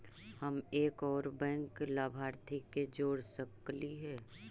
हम एक और बैंक लाभार्थी के जोड़ सकली हे?